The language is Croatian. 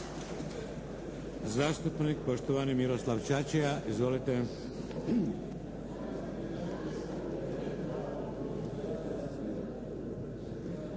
Zastupnik, poštovani Miroslav Čačija, izvolite.